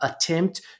attempt